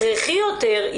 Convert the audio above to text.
הכרחי יותר,